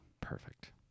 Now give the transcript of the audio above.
Perfect